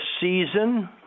season